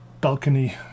balcony